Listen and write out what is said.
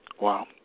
Wow